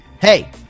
Hey